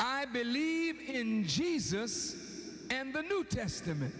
i believe in jesus and the new testament